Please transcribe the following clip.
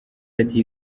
ati